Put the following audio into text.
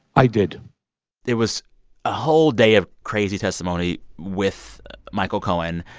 i did there was a whole day of crazy testimony with michael cohen.